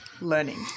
Learning